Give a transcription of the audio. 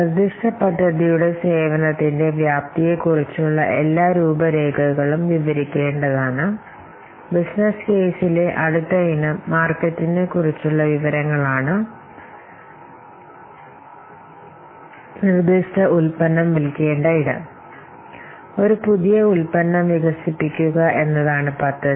നിർദ്ദിഷ്ട പദ്ധതിയുടെ വ്യാപ്തി പ്രോജക്റ്റ് വ്യാപ്തിയെക്കുറിച്ചുള്ള എല്ലാ രൂപരേഖകളും വിവരിക്കേണ്ടതാണ് അടുത്തത് ഓരോ വിപണിയും അതിനാൽ ഇവിടെ ഒരു പുതിയ ഉൽപ്പന്നം വികസിപ്പിക്കുക എന്നതാണ് പദ്ധതി